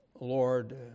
Lord